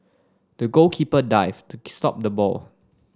the goalkeeper dived to stop the ball